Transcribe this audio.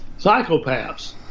Psychopaths